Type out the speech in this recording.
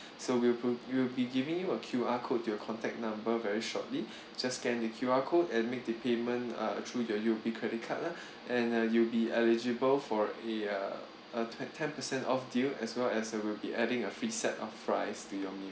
so we'll we'll be giving you a Q_R code to your contact number very shortly just scan the Q_R code and make the payment uh through your U_O_B credit card lah and uh you'll be eligible for a uh a ten percent off deal as well as a we'll be adding a free set of fries to your meal